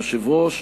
יושב-ראש,